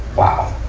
wow!